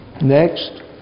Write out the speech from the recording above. Next